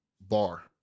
bar